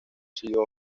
siguió